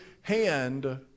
hand